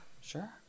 Sure